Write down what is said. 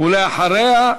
ולאחריה,